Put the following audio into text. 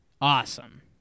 awesome